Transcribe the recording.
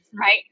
right